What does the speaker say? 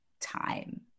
time